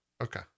okay